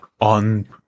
on